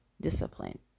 discipline